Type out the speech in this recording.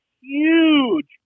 huge